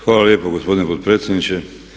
Hvala lijepa gospodine potpredsjedniče.